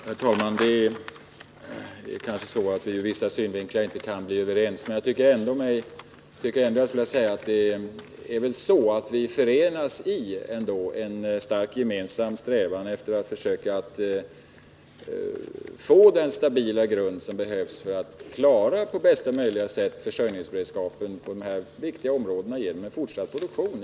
Herr talman! Det är kanske så att vi ur vissa synvinklar inte kan bli överens, men jag tycker ändå att vi förenas i en stark gemensam strävan efter den stabila grund som behövs för att vi på bästa möjliga sätt skall klara försörjningsberedskapen på de här viktiga områdena genom fortsatt produktion.